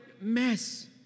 mess